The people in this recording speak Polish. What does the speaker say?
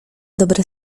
dobre